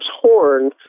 horn